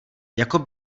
jako